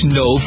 no